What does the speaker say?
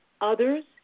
others